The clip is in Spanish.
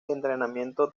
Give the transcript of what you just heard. entrenamiento